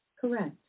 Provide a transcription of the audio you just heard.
Correct